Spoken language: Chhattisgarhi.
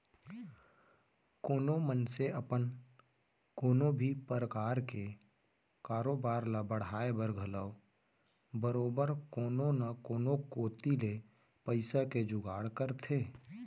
कोनो मनसे अपन कोनो भी परकार के कारोबार ल बढ़ाय बर घलौ बरोबर कोनो न कोनो कोती ले पइसा के जुगाड़ करथे